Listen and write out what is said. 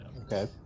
Okay